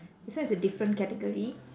this one is a different category